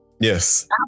Yes